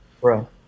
Bro